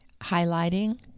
highlighting